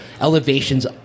Elevations